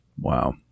Wow